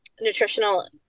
nutritional